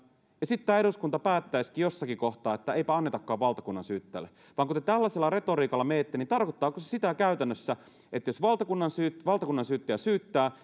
ja sitten eduskunta päättäisikin jossakin kohtaa että eipä annetakaan valtakunnansyyttäjälle kun te tällaisella retoriikalla menette niin tarkoittaako se käytännössä sitä että jos valtakunnansyyttäjä valtakunnansyyttäjä syyttää